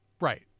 Right